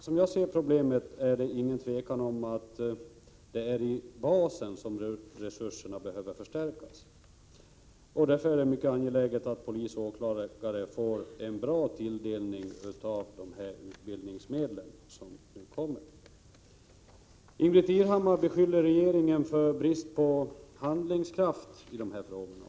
Som jag ser problemet råder det inget tvivel om att det är i basen som resurserna behöver förstärkas. Därför är det mycket angeläget att polisoch åklagarväsendet får en god tilldelning av de här utbildningsmedlen som nu kommer. Ingbritt Irhammar beskyller regeringen för brist på handlingskraft i de här frågorna.